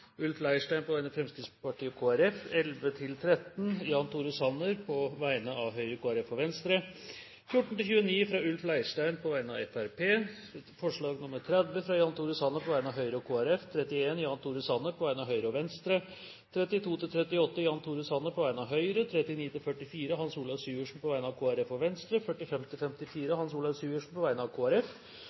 Ulf Leirstein på vegne av Fremskrittspartiet og Kristelig Folkeparti forslagene nr. 11–13, fra Jan Tore Sanner på vegne av Høyre, Kristelig Folkeparti og Venstre forslagene nr. 14–29, fra Ulf Leirstein på vegne av Fremskrittspartiet forslag nr. 30, fra Jan Tore Sanner på vegne av Høyre og Kristelig Folkeparti forslag nr. 31, fra Jan Tore Sanner på vegne av Høyre og Venstre forslagene nr. 32–38, fra Jan Tore Sanner på vegne av Høyre forslagene nr. 39–44, fra Hans Olav Syversen på vegne av Kristelig Folkeparti og Venstre forslagene nr. 45–54, fra Hans Olav Syversen på vegne av